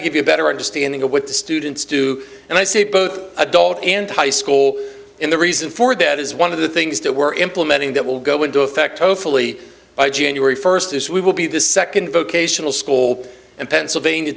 to give you a better understanding of what the students do and i say both adult and high school and the reason for that is one of the things that we're implementing that will go into effect hopefully by january first is we will be the second vocational school in pennsylvania